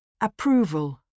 Approval